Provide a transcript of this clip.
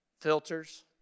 filters